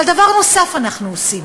אבל דבר נוסף אנחנו עושים: